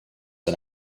and